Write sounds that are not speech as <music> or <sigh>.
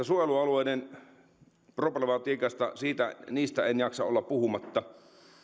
<unintelligible> suojelualueiden problematiikasta en jaksa olla puhumatta